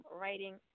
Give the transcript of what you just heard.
writing